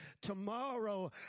Tomorrow